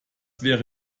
wäre